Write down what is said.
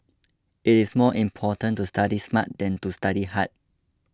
it is more important to study smart than to study hard